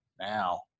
now